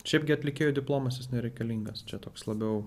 šiaipgi atlikėjui diplomas is nereikalingas čia toks labiau